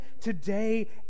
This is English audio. today